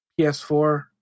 PS4